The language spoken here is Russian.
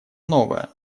новое